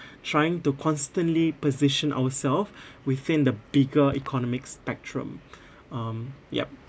trying to constantly position ourself within the bigger economic spectrum um yup